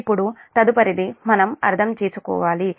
ఇప్పుడు తదుపరిది మనం అర్థం చేసుకోవాలి